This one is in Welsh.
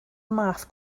math